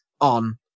on